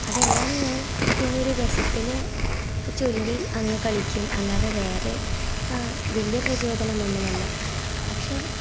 അതെല്ലാം ഞാൻ പിന്നെ ഒരു രസത്തിന് ചൊല്ലി അങ്ങ് കളിക്കും അല്ലാതെ വേറെ വലിയ പ്രചോദനം ഒന്നുമല്ല പക്ഷേ